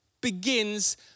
begins